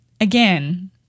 again